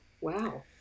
Wow